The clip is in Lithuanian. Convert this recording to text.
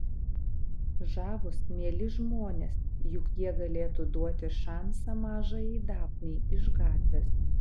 žavūs mieli žmonės juk jie galėtų duoti šansą mažajai dafnei iš gatvės